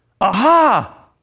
aha